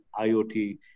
IoT